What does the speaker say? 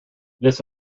this